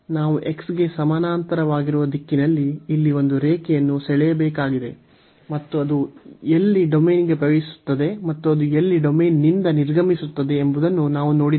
ನಾವು x ಗೆ ಸಮಾನಾಂತರವಾಗಿರುವ ದಿಕ್ಕಿನಲ್ಲಿ ಇಲ್ಲಿ ಒಂದು ರೇಖೆಯನ್ನು ಸೆಳೆಯಬೇಕಾಗಿದೆ ಮತ್ತು ಅದು ಎಲ್ಲಿ ಡೊಮೇನ್ಗೆ ಪ್ರವೇಶಿಸುತ್ತದೆ ಮತ್ತು ಅದು ಎಲ್ಲಿ ಡೊಮೇನ್ನಿಂದ ನಿರ್ಗಮಿಸುತ್ತದೆ ಎಂಬುದನ್ನು ನಾವು ನೋಡಿದ್ದೇವೆ